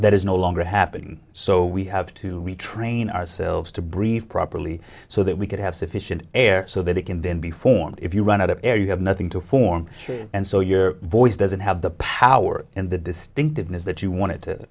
that is no longer happening so we have to retrain ourselves to breathe properly so that we could have sufficient air so that it can then be formed if you run out of air you have nothing to form and so your voice doesn't have the power and the distinctiveness that you want it to